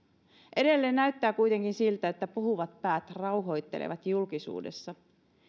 edelleen näyttää kuitenkin siltä että puhuvat päät rauhoittelevat julkisuudessa